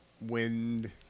wind